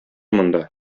монда